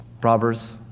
Proverbs